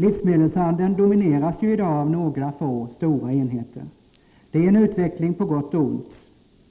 Livsmedelshandeln domineras ju i dag av några få stora enheter. Det är en utveckling på gott och ont.